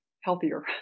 healthier